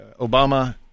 Obama